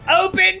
open